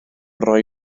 roi